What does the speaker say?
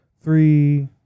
three